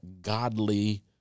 godly